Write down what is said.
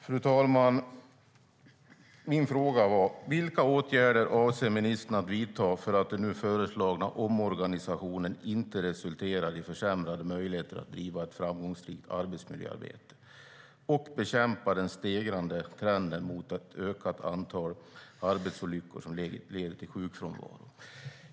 Fru talman! Min fråga var: Vilka åtgärder avser ministern att vidta för att den nu föreslagna omorganisationen inte ska resultera i försämrade möjligheter att driva ett framgångsrikt arbetsmiljöarbete och bekämpa den stegrande trenden mot ett ökat antal arbetsolyckor som leder till sjukfrånvaro?